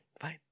fine